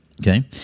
Okay